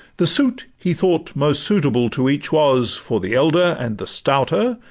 the suit he thought most suitable to each was, for the elder and the stouter,